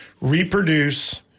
reproduce